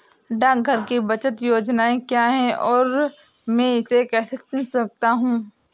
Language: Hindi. डाकघर की बचत योजनाएँ क्या हैं और मैं इसे कैसे चुन सकता हूँ?